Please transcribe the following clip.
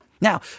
Now